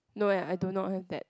no eh I do not have that